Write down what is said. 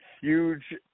huge